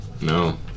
no